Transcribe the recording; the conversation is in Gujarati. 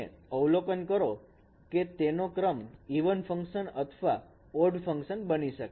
અને અવલોકન કરો કે તેનો ક્રમ ઇવન ફંક્શન અથવા ઓડ ફંક્શન બની શકે